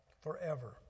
forever